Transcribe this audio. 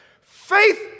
Faith